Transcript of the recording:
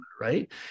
Right